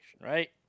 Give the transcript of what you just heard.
right